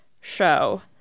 show